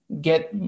get